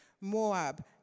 Moab